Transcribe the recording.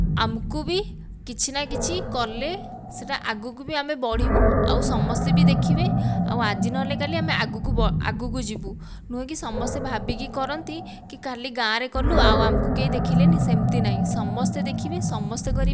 ଆମକୁବି କିଛି ନା କିଛି କଲେ ସେଟା ଆଗକୁ ବି ଆମେ ବଢ଼ିବୁ ଆଉ ସମସ୍ତେ ବି ଦେଖିବେ ଆଉ ଆଜି ନ ହେଲେ କାଲି ଆଗକୁ ଆଗକୁ ଯିବୁ ନୁହେଁ କି ସମସ୍ତେ ଭାବି କି କରନ୍ତି କି ଖାଲି ଗାଁ ରେ କଲୁ ଆଉ ଆମକୁ କେହି ଦେଖିଲେନି ସେମିତି ନାହିଁ ସମସ୍ତେ ଦେଖିବେ ସମସ୍ତେ କରିବେ